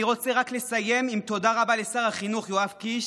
אני רוצה רק לסיים בתודה רבה לשר החינוך יואב קיש.